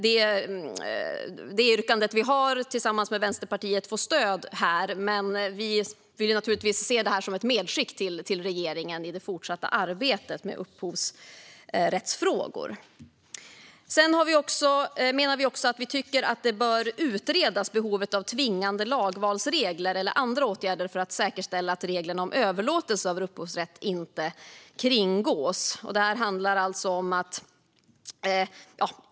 Detta yrkande, som vi har tillsammans med Vänsterpartiet, verkar inte få stöd här, men vi vill naturligtvis se det som ett medskick till regeringen i det fortsatta arbetet med upphovsrättsfrågor. Vi tycker också att man borde utreda behovet av tvingande lagvalsregler eller andra åtgärder för att säkerställa att reglerna om överlåtelse av upphovsrätt inte kringgås.